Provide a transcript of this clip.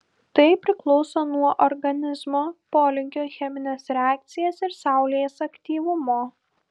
tai priklauso nuo organizmo polinkio į chemines reakcijas ir saulės aktyvumo